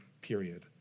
period